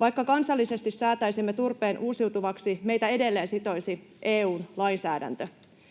Vaikka kansallisesti säätäisimme turpeen uusiutuvaksi, meitä edelleen sitoisi EU:n lainsäädäntö.